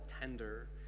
tender